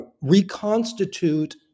reconstitute